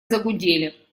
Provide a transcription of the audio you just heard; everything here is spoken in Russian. загудели